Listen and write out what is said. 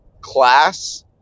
class